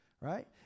right